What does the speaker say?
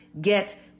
get